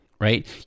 right